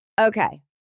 Okay